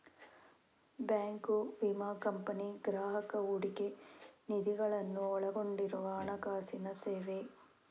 bank, ವಿಮಾ company, ಗ್ರಾಹಕ ಹೂಡಿಕೆ ನಿಧಿಗಳನ್ನು ಒಳಗೊಂಡಿರುವ ಹಣಕಾಸಿನ ಸೇವೆ